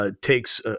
takes